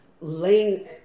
Laying